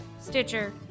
Stitcher